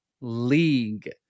League